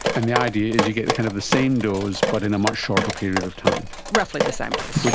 and the idea is you get kind of the same dose but in a much shorter period of time. roughly the same dose, yeah